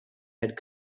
had